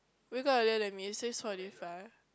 wake up earlier than me six forty five